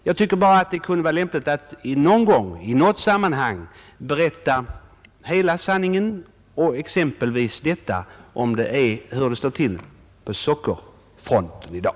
Jag tycker att det kunde vara lämpligt att någon gång och i något sammanhang berätta hela sanningen och exempelvis tala om hur det står till på sockerfronten i dag.